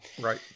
Right